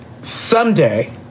someday